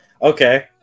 Okay